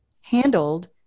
handled